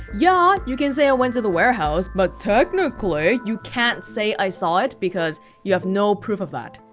yeah, you can say i went to the warehouse but technically, you can't say i saw it because you have no proof of that